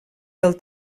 del